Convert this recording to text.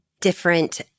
different